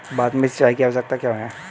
भारत में सिंचाई की आवश्यकता क्यों है?